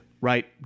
right